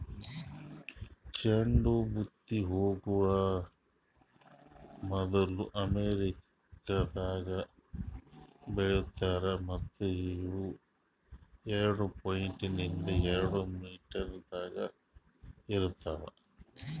ಚಂಡು ಬುತ್ತಿ ಹೂಗೊಳ್ ಮೊದ್ಲು ಅಮೆರಿಕದಾಗ್ ಬೆಳಿತಾರ್ ಮತ್ತ ಇವು ಎರಡು ಪಾಯಿಂಟ್ ಎರಡು ಮೀಟರದಾಗ್ ಇರ್ತಾವ್